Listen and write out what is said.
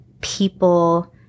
people